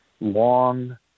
long